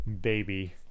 baby